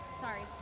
sorry